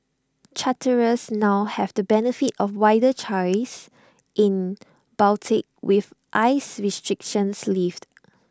charterers now have the benefit of wider choice in Baltic with ice restrictions lifted